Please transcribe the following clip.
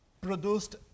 produced